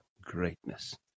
greatness